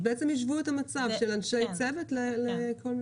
בעצם השוו את המצב של אנשי הצוות לכולם.